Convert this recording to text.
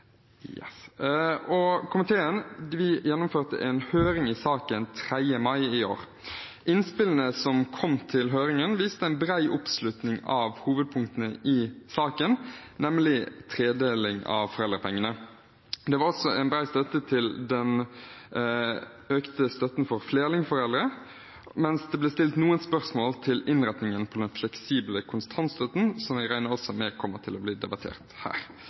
Komiteen gjennomførte en høring i saken den 3. mai i år. Innspillene som kom i høringen, viste en bred oppslutning om hovedpunktene i saken, nemlig tredeling av foreldrepengene. Det var også bred støtte til den økte støtten for flerlingforeldre, mens det ble stilt noen spørsmål til innretningen av den fleksible kontantstøtten, som vi regner med kommer til å bli debattert her